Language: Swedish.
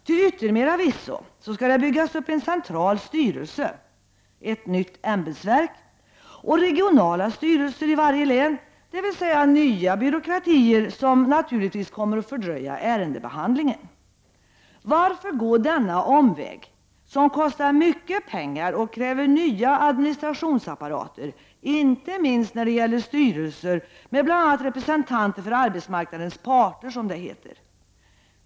Till yttermera visso skall det nu byggas upp en central styrelse, ett nytt ämbetsverk, och regionala styrelser i varje län, dvs. nya byråkratier, som naturligtvis kommer att fördröja ärendebehandlingen. Varför gå denna omväg som kostar mycket pengar och kräver nya administrationsapparater, inte minst när det gäller styrelser med bl.a. representanter för arbetsmarknadens parter, som det heter?